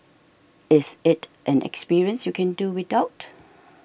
is it an experience you can do without